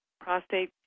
prostate